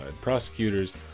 Prosecutors